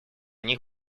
них